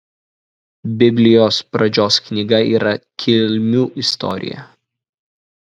biblijos pradžios knyga yra kilmių istorija